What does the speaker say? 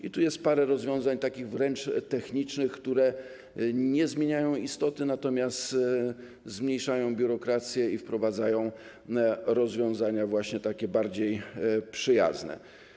I tu jest parę rozwiązań takich wręcz technicznych, które nie zmieniają istoty, natomiast zmniejszają biurokrację i wprowadzają rozwiązania właśnie takie bardziej przyjazne.